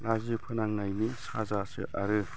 लाजि फोनांनायनि साजासो आरो